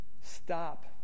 stop